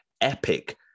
epic